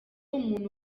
umuntu